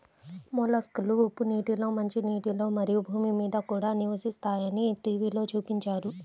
మొలస్క్లు ఉప్పు నీటిలో, మంచినీటిలో, మరియు భూమి మీద కూడా నివసిస్తాయని టీవిలో చూపించారు